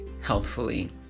healthfully